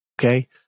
Okay